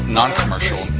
non-commercial